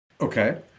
Okay